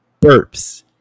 Burps